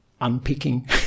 unpicking